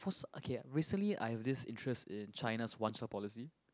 first okay recently I have this interest in China's one child policy